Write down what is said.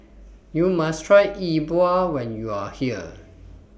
YOU must Try Yi Bua when YOU Are here